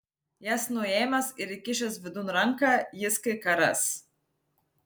jas nuėmęs ir įkišęs vidun ranką jis kai ką ras